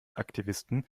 aktivisten